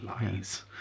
Lies